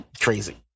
Crazy